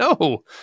No